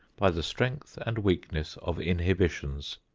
by the strength and weakness of inhibitions.